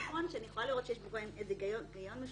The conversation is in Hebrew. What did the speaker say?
נכון שאני יכולה לראות שיש היגיון משותף,